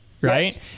Right